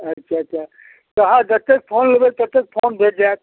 अच्छा अच्छा तऽ अहाँ जतेक फोन लेबै ततेक फोन भेटि जाएत